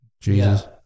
Jesus